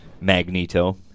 Magneto